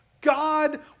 God